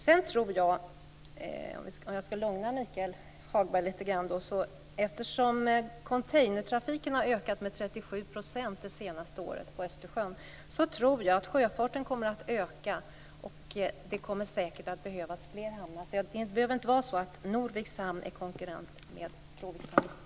Sedan vill jag lugna Michael Hagberg lite grann: Eftersom containertrafiken på Östersjön har ökat med 37 % det senaste året tror jag att sjöfarten kommer att öka, och det kommer säkert att behövas fler hamnar. Det behöver alltså inte vara så att Norviks hamn är konkurrent med Bråvikshamnen.